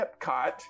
Epcot